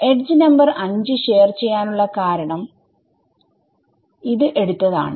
edge number 5 share ചെയ്യാനുള്ള കാരണം എടുത്തതാണ്